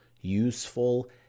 useful